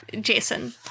Jason